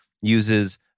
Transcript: uses